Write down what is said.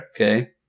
okay